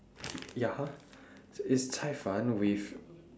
ya it's cai-fan with